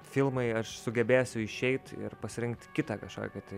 filmai aš sugebėsiu išeit ir pasirinkt kitą kažkokią tai